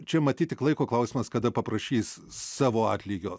čia matyt tik laiko klausimas kada paprašys savo atlygio